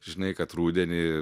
žinai kad rudenį